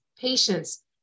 patience